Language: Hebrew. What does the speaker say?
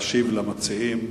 להשיב למציעים,